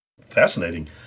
Fascinating